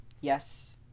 yes